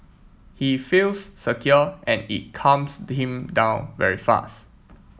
he feels secure and it calms him down very fast